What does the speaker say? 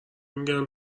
میگن